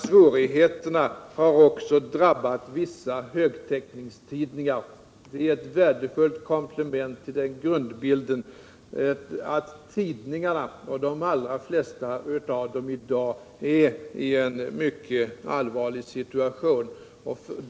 ”Svårigheterna har också drabbat vissa högtäckningstidningar.” — Den meningen ger ett värdefullt komplement till grundbilden, nämligen att de allra flesta tidningar i dag befinner sig i en mycket allvarlig situation.